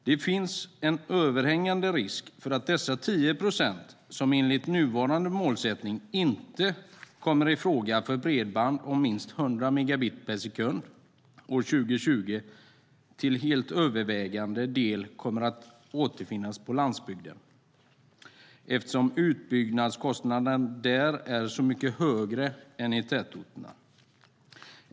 Det finns en överhängande risk för att de 10 procent som enligt nuvarande målsättning inte kommer i fråga för bredband om minst 100 megabit per sekund år 2020 till helt övervägande del kommer att återfinnas på landsbygden då utbyggnadskostnaderna där är mycket högre än i tätorterna.